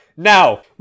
Now